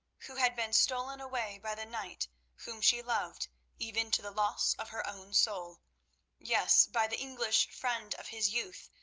who had been stolen away by the knight whom she loved even to the loss of her own soul yes, by the english friend of his youth,